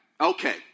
okay